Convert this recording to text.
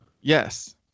Yes